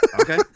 Okay